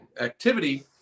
activity